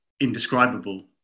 indescribable